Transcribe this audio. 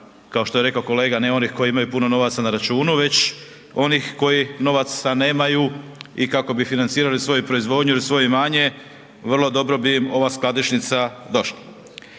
kao što je rekao kolega ne onih koji imaju puno novaca na računu već onih koji novaca nemaju i kako bi financirali svoju proizvodnju ili svoje imanje, vrlo dobro bi im ova skladišnica došla.